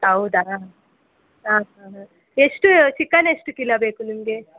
ಹೌದಾ ಎಷ್ಟು ಚಿಕನ್ ಎಷ್ಟು ಕಿಲೋ ಬೇಕು ನಿಮಗೆ